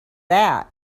that